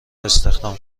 استخدام